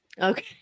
Okay